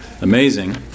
Amazing